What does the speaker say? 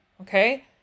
okay